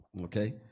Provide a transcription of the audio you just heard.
Okay